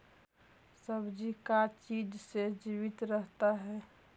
सब्जी का चीज से जीवित रहता है?